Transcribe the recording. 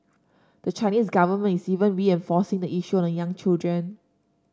the Chinese government is even reinforcing the issue on young children